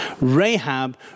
Rahab